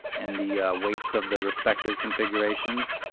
and the weights of the respective configurations.